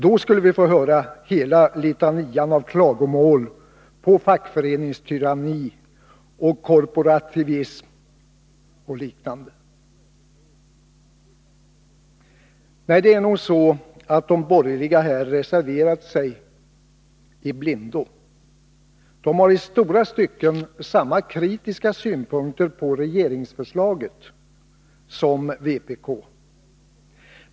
Då skulle vi få höra hela litanian av klagomål på fackföreningstyranni och korporativism. Det är nog så, att de borgerliga här reserverat sig i blindo. De hade i stora stycken samma kritiska synpunkter på regeringsförslaget som vpk.